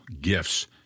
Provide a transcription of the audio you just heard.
gifts